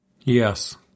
Yes